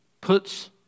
puts